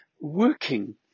working